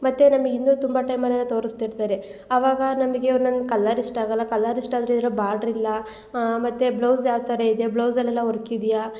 ಮತ್ತು ನಮ್ಗೆ ಇನ್ನು ತುಂಬ ಟೈಮಲೆಲ್ಲ ತೋರಿಸ್ತಿರ್ತಾರೆ ಅವಾಗ ನಮಗೆ ಒನ್ನೊಂದು ಕಲ್ಲರ್ ಇಷ್ಟ ಆಗಲ್ಲ ಕಲರ್ ಇಷ್ಟ ಆದರೆ ಇದ್ರಲ್ಲಿ ಬಾಡ್ರಿಲ್ಲ ಮತ್ತು ಬ್ಲೌಸ್ ಯಾವ ಥರ ಇದೆ ಬೌಸಲೆಲ್ಲ ವರ್ಕ್ ಇದೆಯಾ